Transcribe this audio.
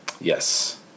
Yes